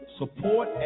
support